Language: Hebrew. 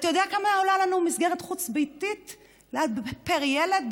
אתה יודע כמה עולה לנו מסגרת חוץ-ביתית פר ילד?